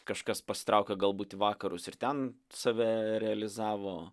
kažkas pasitraukia galbūt į vakarus ir ten save realizavo